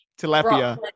tilapia